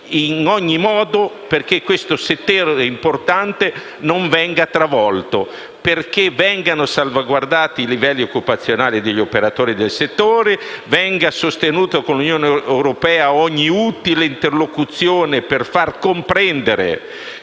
in ogni modo perché questo settore importante non venga travolto, perché vengano salvaguardati i livelli occupazionali degli operatori del settore e perché venga sostenuta con l'Unione europea ogni utile interlocuzione per far comprendere